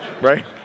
Right